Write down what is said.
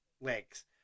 legs